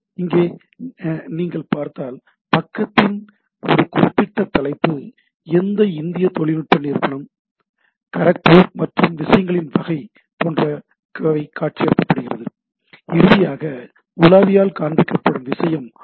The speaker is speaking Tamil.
இங்கே நீங்கள் பார்த்தால் பக்கத்தின் ஒரு குறிப்பிட்ட தலைப்பு எந்த இந்திய தொழில்நுட்ப நிறுவனம் கரக்பூர் மற்றும் விஷயங்களின் வகை போன்ற காட்சிப்படுத்தப்படுகிறது இறுதியாக உலாவியால் காண்பிக்கப்படும் விஷயம் ஒரு ஹெச்